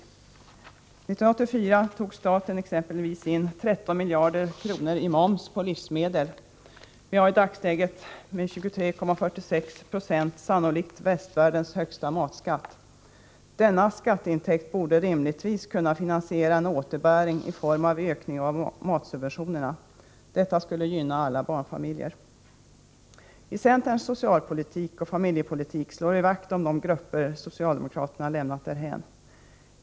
1984 tog staten exempelvis in 13 miljarder kronor i moms på livsmedel. Vi har i dagsläget med 23,46 I sannolikt västvärldens högsta matskatt. Denna skatteintäkt borde rimligtvis kunna finansiera en återbäring i form av ökning av matsubventionerna. Detta skulle gynna alla barnfamiljer. I centerns socialpolitik och familjepolitik slår vi vakt om de grupper socialdemokraterna lämnat därhän.